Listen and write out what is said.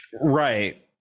right